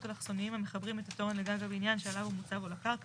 אלכסוניים המחברים את התורן לגג הבניין שעליו הוא מוצב או לקרקע,